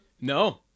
No